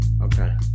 Okay